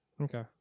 okay